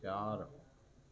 चारि